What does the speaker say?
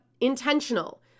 intentional